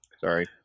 Sorry